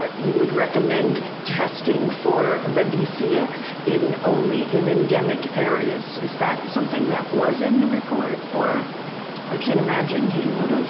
ah you would recommend testing for babesia in only in endemic areas. is that something that was in the report or i can't imagine he would